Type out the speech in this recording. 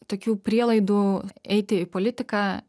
tokių prielaidų eiti į politiką